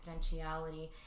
confidentiality